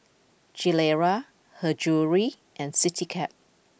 Gilera Her Jewellery and Citycab